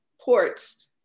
ports